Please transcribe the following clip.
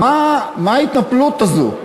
מה ההתנפלות הזאת?